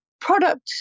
product